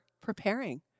preparing